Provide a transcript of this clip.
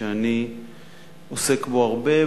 שאני עוסק בו הרבה,